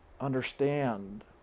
understand